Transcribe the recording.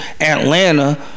Atlanta